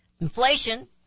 Inflation